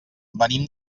venim